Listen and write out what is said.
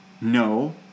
no